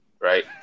right